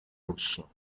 russo